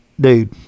dude